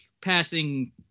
passing